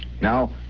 Now